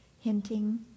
hinting